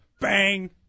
bang